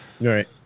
Right